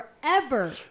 forever